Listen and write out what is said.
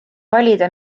valida